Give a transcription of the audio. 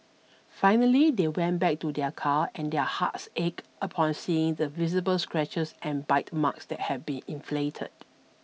finally they went back to their car and their hearts ached upon seeing the visible scratches and bite marks that had been inflicted